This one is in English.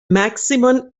maximum